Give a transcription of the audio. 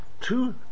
two